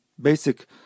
basic